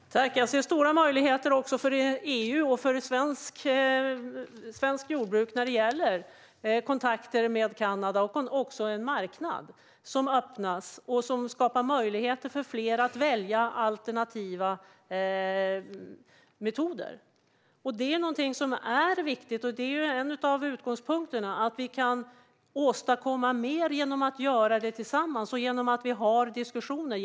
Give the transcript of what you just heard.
Herr talman! Jag ser stora möjligheter också för EU och för svenskt jordbruk när det gäller kontakterna med Kanada. En marknad öppnas, och det skapar möjligheter för fler att välja alternativa metoder. Detta är viktigt och är en av utgångspunkterna. Vi kan åstadkomma mer om vi gör något tillsammans och har diskussioner.